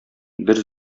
бер